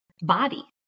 body